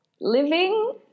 Living